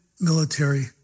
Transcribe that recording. military